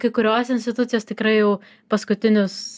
kai kurios institucijos tikrai jau paskutinius